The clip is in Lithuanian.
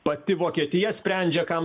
pati vokietija sprendžia kam